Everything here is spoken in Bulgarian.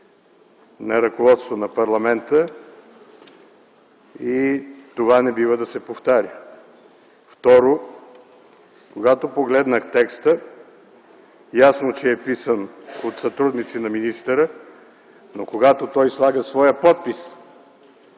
на ръководството на парламента и това не бива да се повтаря. Второ, когато погледнах текста, ясно, че е писан от сътрудници на министъра, но когато той слага своя подпис,